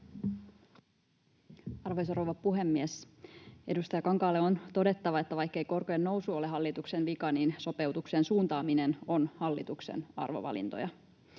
Arvoisa rouva puhemies! Edustaja Kankaalle on todettava, että vaikkei korkojen nousu ole hallituksen vika, niin sopeutuksen suuntaaminen on hallituksen arvovalintoja.